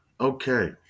Okay